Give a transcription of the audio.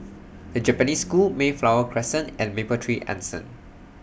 The Japanese School Mayflower Crescent and Mapletree Anson